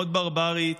מאוד ברברית,